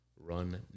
run